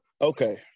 Okay